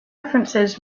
references